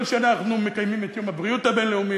כל שנה אנחנו מקיימים את יום הבריאות הבין-לאומי.